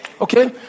Okay